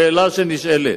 השאלה שנשאלת,